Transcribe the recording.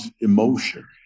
emotion